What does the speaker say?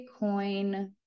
bitcoin